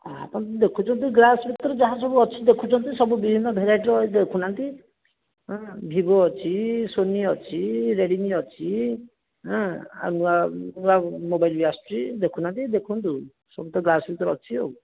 ଆପଣ ଦେଖୁଛନ୍ତି ଗ୍ଲାସ ଭିତରେ ଯାହାସବୁ ଅଛି ଦେଖୁଛନ୍ତି ସବୁ ବିଭିନ୍ନ ଭେରାଇଟିର ଏଇ ଦେଖୁନାହାଁନ୍ତି ଏଁ ଅଛି ସୋନି ଅଛି ରେଡ଼ମି ଅଛି ଏଁ ଆଉ ନୂଆ ନୂଆ ମୋବାଇଲ୍ ବି ଆସିଛି ଦେଖୁନାହାଁନ୍ତି ଦେଖନ୍ତୁ ସବୁ ତ ଗ୍ଲାସ ଭିତରେ ଅଛି ଆଉ